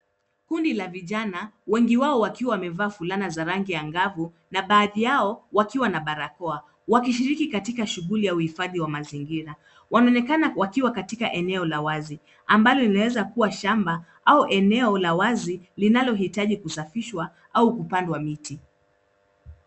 Kundi la vijana wengi wao wakiwa wamevaa fulana za rangi angavu na baadhi yao wakiwa na barakoa wakishiriki katika shughuli ya uhifadhi wa mazingira. Wanaonekana wakiwa katika eneo la wazi ambalo linaweza kuwa shamba au eneo la wazi linalohitaji kusafishwa au kupandwa miti.